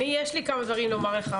יש לי כמה דברים לומר לך,